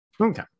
Okay